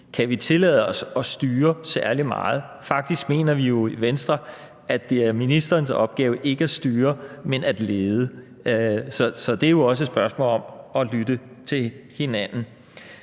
Kan vi tillade os at styre særlig meget? Faktisk mener vi jo i Venstre, at det er ministerens opgave ikke at styre, men at lede. Så det er jo også et spørgsmål om at lytte til hinanden.